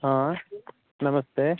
ह नमस्ते